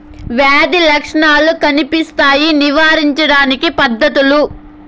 వ్యాధి లక్షణాలు కనిపిస్తాయి నివారించడానికి పద్ధతులు?